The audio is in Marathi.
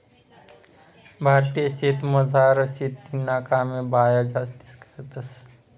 भारतीय शेतीमझार शेतीना कामे बाया जास्ती करतंस